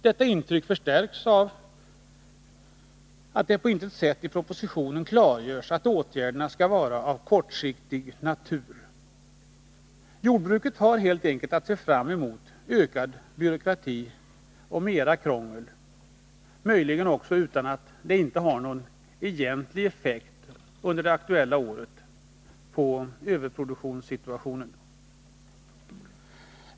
Detta intryck förstärks av att det på intet sätt klargörs i propositionen att åtgärderna skall vara av kortsiktig natur. Jordbruket har helt enkelt att se fram emot ökad byråkrati och mera krångel, möjligen också utan att det har någon egentlig effekt under det aktuella året på överproduktionssituationen.